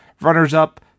runners-up